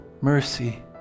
mercy